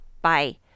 bye